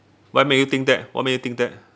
what make you think that what make you think that